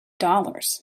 dollars